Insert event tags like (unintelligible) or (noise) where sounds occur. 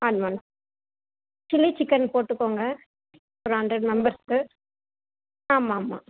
(unintelligible) chilli chicken போட்டுக்கோங்க ஒரு hundred மெம்பர்ஸுக்கு ஆமாம் ஆமாம்